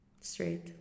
Straight